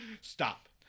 Stop